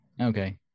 Okay